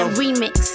remix